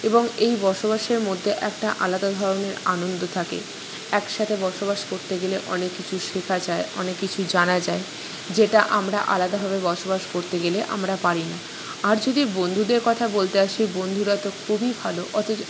এবং এই বসবাসের মধ্যে একটা আলাদা ধরনের আনন্দ থাকে একসাথে বসবাস করতে গেলে অনেক কিছু শেখা যায় অনেক কিছু জানা যায় যেটা আমরা আলাদাভাবে বসবাস করতে গেলে আমরা পারি না আর যদি বন্ধুদের কথা বলতে আসি বন্ধুরা তো খুবই ভালো অথচ